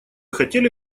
хотели